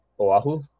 Oahu